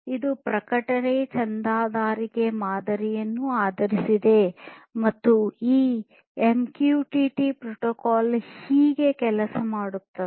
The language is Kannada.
ಇದು ಪ್ರಕಟಣೆ ಚಂದಾದಾರಿಕೆ ಮಾದರಿಯನ್ನು ಆಧರಿಸಿದೆ ಮತ್ತು ಈ ಎಂಕ್ಯೂಟಿಟಿ ಪ್ರೋಟೋಕಾಲ್ ಹೀಗೆ ಕೆಲಸ ಮಾಡುತ್ತದೆ